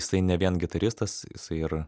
jisai ne vien gitaristas jisai ir